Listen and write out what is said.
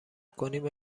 کنیم